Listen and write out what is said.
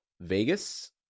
Vegas